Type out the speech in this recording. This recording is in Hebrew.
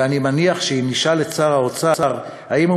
ואני מניח שאם נשאל את שר האוצר אם הוא